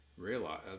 Realize